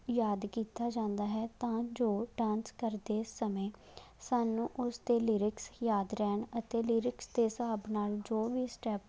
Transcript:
ਯਾਦ ਕੀਤਾ ਜਾਂਦਾ ਹੈ ਤਾਂ ਜੋ ਡਾਂਸ ਕਰਦੇ ਸਮੇਂ ਸਾਨੂੰ ਉਸਦੇ ਲਿਰਿਕਸ ਯਾਦ ਰਹਿਣ ਅਤੇ ਲਿਰਿਕਸ ਦੇ ਹਿਸਾਬ ਨਾਲ ਜੋ ਵੀ ਸਟੈਪ